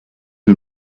who